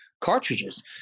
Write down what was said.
cartridges